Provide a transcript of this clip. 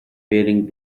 wearing